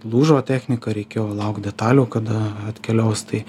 lūžo technika reikėjo laukt detalių kada atkeliaus tai